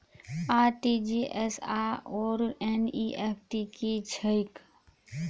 RTGS आओर NEFT की छैक?